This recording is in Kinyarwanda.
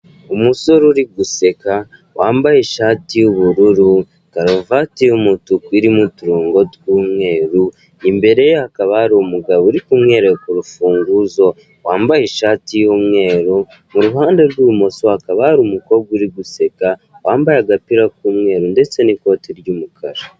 Umusore uri guseka, wambaye ishati y'ubururu, karavate y'umutuku irimo uturongo tw'umweru, imbere ye hakaba hari umugabo uri kumwereka urufunguzo wambaye ishati y'umweru, iruhande rw'ibumoso hakaba hari umukobwa uri guseka wambaye agapira k'umweru ndetse n'ikoti ry'umukara.